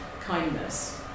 kindness